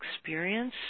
experience